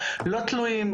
לא תלויים,